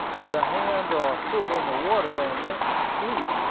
with a hand or foot in the water, and went to sleep,